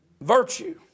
Virtue